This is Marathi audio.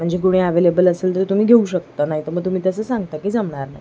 म्हणजे कुणी ॲवेलेबल असेल तर तुम्ही घेऊ शकत नाही तर मग तुम्ही तसं सांगता की जमणार नाही